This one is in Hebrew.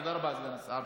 תודה רבה לסגן השר.